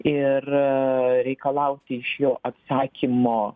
ir reikalauti iš jo atsakymo